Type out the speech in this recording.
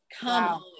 Come